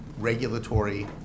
regulatory